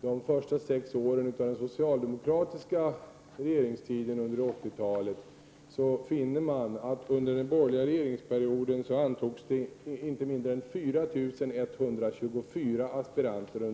och antagningen under de första sex åren av den socialdemokratiska regeringstiden under 1980 talet, så finner man att det under den borgerliga regeringsperioden antögs 4 124 polisaspiranter.